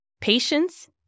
Patience